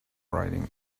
writing